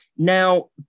Now